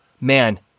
man